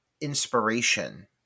inspiration